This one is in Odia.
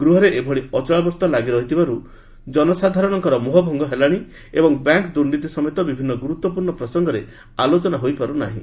ଗୃହରେ ଏଭଳି ଅଚଳାବସ୍ଥା ଲାଗି ରହିଥିବାରୁ ସାଧାରଣ ଜନତାଙ୍କର ମୋହଭଙ୍ଗ ହେଲାଣି ଏବଂ ବ୍ୟାଙ୍କ ଦୁର୍ନୀତି ସମେତ ବିଭିନ୍ନ ଗୁରୁତ୍ୱପୂର୍ଣ୍ଣ ପ୍ରସଙ୍ଗରେ ଆଲୋଚନା ହୋଇପାରୁନାହିଁ